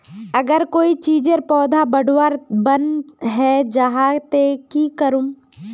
अगर कोई चीजेर पौधा बढ़वार बन है जहा ते की करूम?